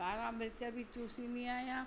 कारा मिर्च बि चूसंदी आहियां